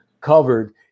covered